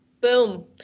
Boom